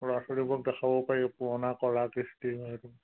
ল'ৰা ছোৱালীবোৰক দেখুৱাব পাৰি পুৰণা কলা কৃষ্টি সেইটো